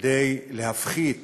כדי להפחית